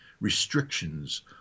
restrictions